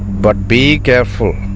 but be careful,